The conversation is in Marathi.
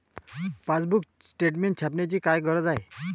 पासबुक स्टेटमेंट छापण्याची काय गरज आहे?